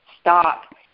stop